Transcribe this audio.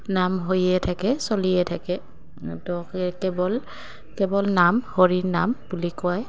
নাম হৈয়ে থাকে চলিয়ে থাকে তো কেৱল কেৱল নাম হৰিৰ নাম বুলি কয়